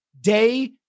day